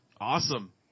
Awesome